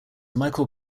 michael